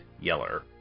Yeller